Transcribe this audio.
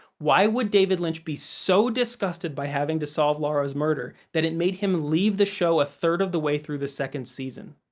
why would david lynch be so disgusted by having to solve laura's murder that it made him leave the show a third of the way through the second season?